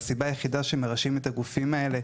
והסיבה היחידה --- את הגופים האלה,